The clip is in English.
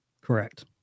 Correct